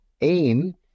aim